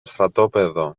στρατόπεδο